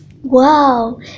Wow